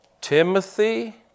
Timothy